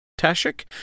Tashik